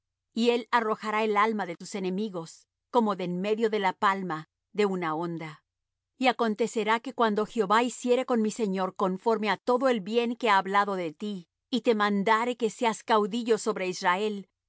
y él arrojará el alma de tus enemigos como de en medio de la palma de una honda y acontecerá que cuando jehová hiciere con mi señor conforme á todo el bien que ha hablado de ti y te mandare que seas caudillo sobre israel